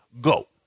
Go